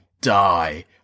die